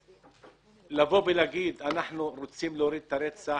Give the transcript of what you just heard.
לבוא ולהגיד שאנחנו רוצים להוריד את הרצח,